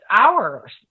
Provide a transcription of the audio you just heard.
hours